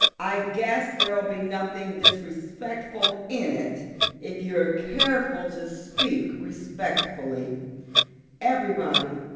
i guess there'll be nothing disrespectful in it if you're careful to speak respectfully everybody,